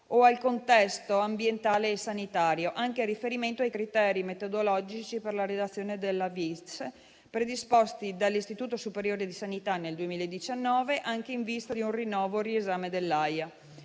o al contesto ambientale e sanitario, anche in riferimento ai criteri metodologici per la redazione della VIS, predisposti dall'Istituto superiore di sanità nel 2019, anche in vista di un rinnovo del riesame dell'AIA.